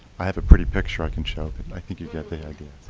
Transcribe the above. i have a pretty picture i can show, but and i think you get the idea.